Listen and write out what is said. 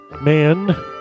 Man